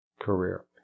career